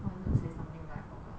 I wanted to say something but I forgot